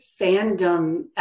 fandom